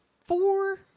four